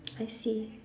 I see